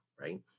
right